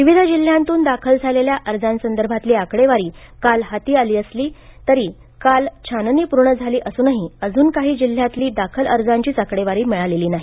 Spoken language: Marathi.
विविध जिल्ह्यांतून दाखल झालेल्या अर्जांसंदर्भातली आकडेवारी काल हाती आली असली तरी काल छाननी पूर्ण झाली असूनही अजून काही जिल्हयातली दाखल अर्जांचीच आकडेवारी मिळालेली नाही